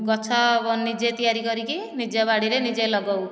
ଗଛ ନିଜେ ତିଆରି କରିକି ନିଜ ବାଡ଼ିରେ ନିଜେ ଲଗାଉ